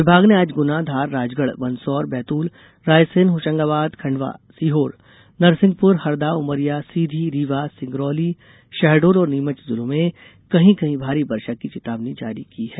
विभाग ने आज गुना धार राजगढ़ मंदसौर बैतूल रायसेन होशंगाबाद खंडवा सीहोर नरसिंहपुर हरदा उमरिया सीधी रीवा सिंगरौली शहडोल और नीमच जिलों में कहीं कहीं भारी वर्षा की चेतावनी जारी की है